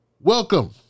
Welcome